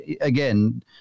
again